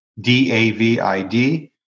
D-A-V-I-D